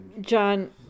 John